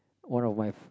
one of my